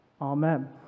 Amen